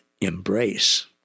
embrace